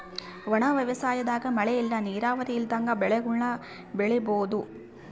ಒಣ ವ್ಯವಸಾಯದಾಗ ಮಳೆ ಇಲ್ಲ ನೀರಾವರಿ ಇಲ್ದಂಗ ಬೆಳೆಗುಳ್ನ ಬೆಳಿಬೋಒದು